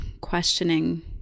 questioning